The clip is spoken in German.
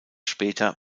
später